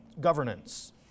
governance